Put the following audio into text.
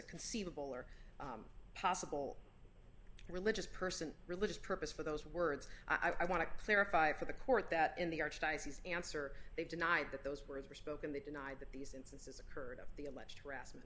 conceivable or possible religious person religious purpose for those words i want to clarify for the court that in the archdiocese answer they denied that those words were spoken they denied that these instances occurred of the alleged